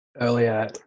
Earlier